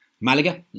Malaga